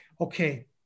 okay